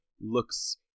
looks